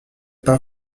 pas